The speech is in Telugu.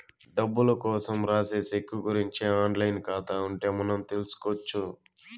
డబ్బులు కోసం రాసే సెక్కు గురుంచి ఆన్ లైన్ ఖాతా ఉంటే మనం తెల్సుకొచ్చు